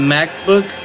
MacBook